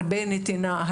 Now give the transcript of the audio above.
הרבה נתינה,